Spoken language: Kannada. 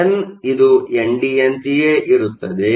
ಎನ್ ಇದು ಎನ್ಡಿ ಯಂತೆಯೇ ಇರುತ್ತದೆ